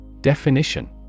Definition